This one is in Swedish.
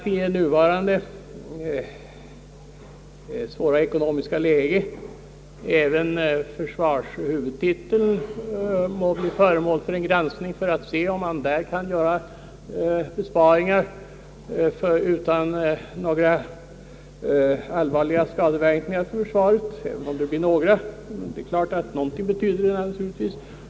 I det nuvarande svåra ekonomiska läget bör emellertid även försvarshuvudtiteln bli föremål för en granskning, så att man kan se, om det är möjligt att där göra några besparingar utan allvarligare skadeverkningar för försvaret — vissa skadeverkningar måste det sannolikt bli.